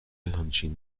همچین